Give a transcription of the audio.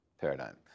paradigm